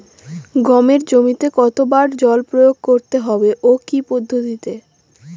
গমের জমিতে কতো বার জল প্রয়োগ করতে হবে ও কি পদ্ধতিতে?